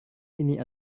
ini